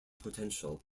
potential